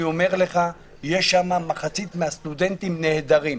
אני אומר לך, מחצית מהסטודנטים שם נהדרים.